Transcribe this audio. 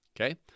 Okay